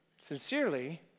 sincerely